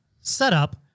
setup